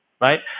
Right